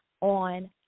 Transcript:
on